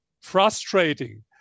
frustrating